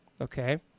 Okay